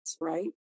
right